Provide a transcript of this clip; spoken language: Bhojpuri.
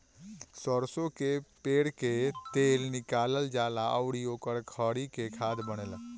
सरसो कअ पेर के तेल निकालल जाला अउरी ओकरी खरी से खाद बनेला